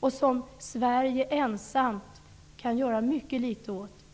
vilka Sverige ensamt kan göra mycket litet åt.